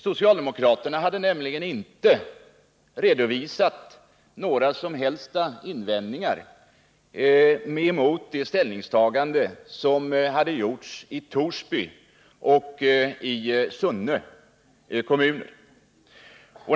Socialdemokraterna hade nämligen inte redovisat några som helst invändningar mot det ställningstagande som hade gjorts i Torsby och Sunne kommuner.